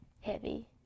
heavy